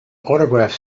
autograph